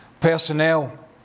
personnel